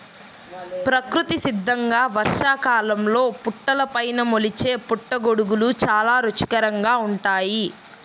ప్రకృతి సిద్ధంగా వర్షాకాలంలో పుట్టలపైన మొలిచే పుట్టగొడుగులు చాలా రుచికరంగా ఉంటాయి